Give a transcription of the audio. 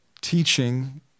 teaching